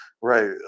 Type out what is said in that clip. right